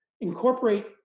incorporate